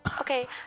Okay